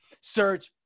search